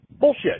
Bullshit